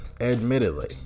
admittedly